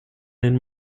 den